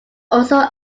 also